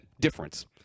difference